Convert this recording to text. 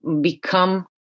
become